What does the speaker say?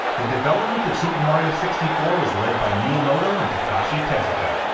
the development of super mario sixty four was led by miyamoto and takashi tezuka,